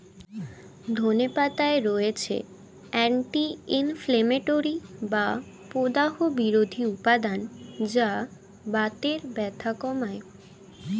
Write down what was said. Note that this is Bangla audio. ধনে পাতায় রয়েছে অ্যান্টি ইনফ্লেমেটরি বা প্রদাহ বিরোধী উপাদান যা বাতের ব্যথা কমায়